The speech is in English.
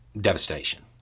devastation